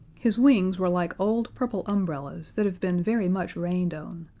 his wings were like old purple umbrellas that have been very much rained on,